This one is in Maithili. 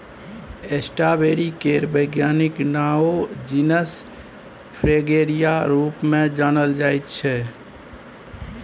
स्टाँबेरी केर बैज्ञानिक नाओ जिनस फ्रेगेरिया रुप मे जानल जाइ छै